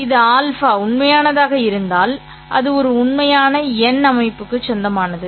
இது α உண்மையானதாக நடந்தால் அது ஒரு உண்மையான எண் அமைப்புக்கு சொந்தமானது